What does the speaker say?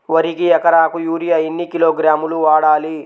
వరికి ఎకరాకు యూరియా ఎన్ని కిలోగ్రాములు వాడాలి?